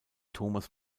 thomas